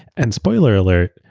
and spoiler alert,